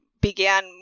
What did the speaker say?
began